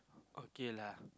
okay lah